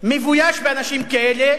מבויש באנשים כאלה,